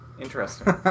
Interesting